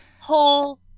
Whole